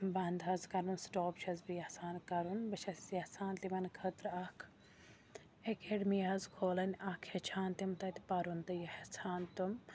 بَنٛد حظ کَرُن سٹاپ چھَس بہٕ یَژھان کَرُن بہٕ چھَس یَژھان تِمَن خٲطرٕ اَکھ ایٚکیڈمی حظ کھولٕنۍ اَکھ ہیٚچھان تِم تَتہِ پَرُن تہٕ یہِ یٚژھان تِم